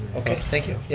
okay, thank you. yep,